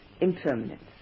impermanence